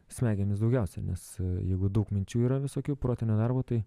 smegenis daugiausiai nes jeigu daug minčių yra visokių protinio darbo tai